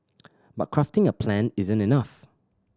but crafting a plan isn't enough